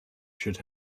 should